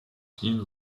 ziel